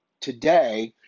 today